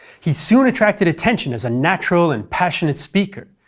he soon attracted attention as a natural and passionate speaker,